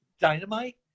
Dynamite